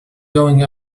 going